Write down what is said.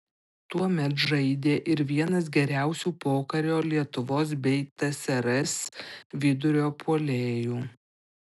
tuomet žaidė ir vienas geriausių pokario lietuvos bei tsrs vidurio puolėjų